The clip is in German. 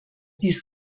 dies